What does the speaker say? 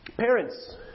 Parents